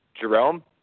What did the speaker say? Jerome